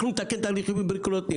אנחנו נתקן את התהליכים הבירוקרטיים.